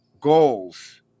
goals